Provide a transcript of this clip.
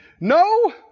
no